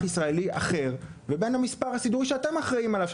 ישראלי אחר ובין המספר הסידורי שאתם אחראיים עליו,